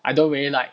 I don't really like